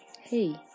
hey